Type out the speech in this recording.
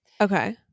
okay